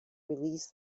release